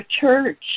church